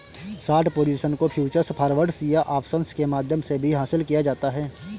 short position को futures, forwards या options के माध्यम से भी हासिल किया जाता है